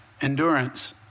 endurance